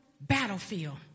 Battlefield